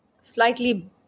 slightly